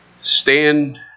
stand